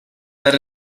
that